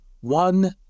one